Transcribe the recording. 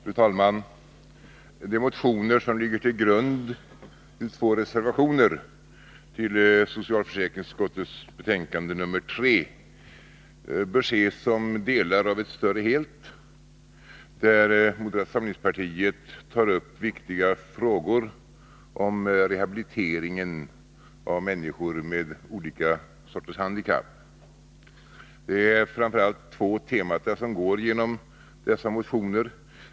Fru talman! De motioner som ligger till grund för de två reservationerna i socialförsäkringsutskottets betänkande nr 3 bör ses som delar av en större helhet. Moderata samlingspartiet tar där upp viktiga frågor om rehabiliteringen av människor med olika sorters handikapp. Det är framför allt två teman som går genom dessa motioner.